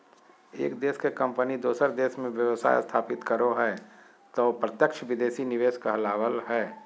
एक देश के कम्पनी दोसर देश मे व्यवसाय स्थापित करो हय तौ प्रत्यक्ष विदेशी निवेश कहलावय हय